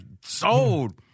sold